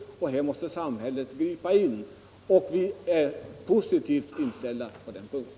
Man säger sig också vara positivt inställd härtill.